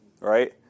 right